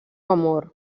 amor